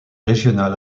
régional